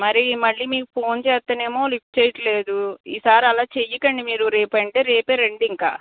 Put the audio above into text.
మరి మళ్ళీ మీకు ఫోన్ చేస్తేనేమో లిఫ్ట్ చెయ్యటం లేదు ఈసారి అలా చెయ్యకండి మీరు రేపంటే రేపే రండి ఇంక